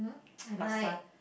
laksa